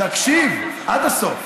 תקשיב עד הסוף.